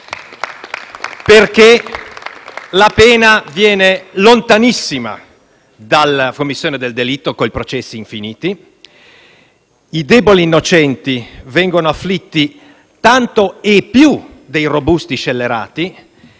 FI-BP)*perché la pena avviene lontanissima dalla commissione del delitto, con processi infiniti, i deboli innocenti vengono afflitti tanto e più dei robusti scellerati,